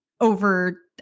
over